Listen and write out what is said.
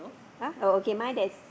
!huh! oh okay mine there's